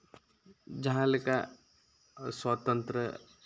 ᱡᱟᱦᱟᱸ ᱞᱮᱠᱟ ᱥᱚᱛᱚᱱᱛᱨᱚ